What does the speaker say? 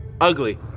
ugly